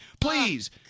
Please